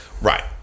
right